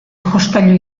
jostailu